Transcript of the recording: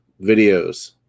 videos